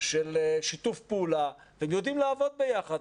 של שיתוף פעולה, והם יודעים לעבוד ביחד.